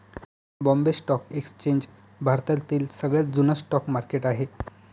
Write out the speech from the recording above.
Bombay stock exchange भारतातील सगळ्यात जुन स्टॉक मार्केट आहे